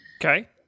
Okay